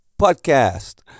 Podcast